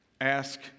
Ask